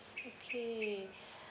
okay